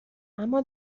اما